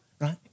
right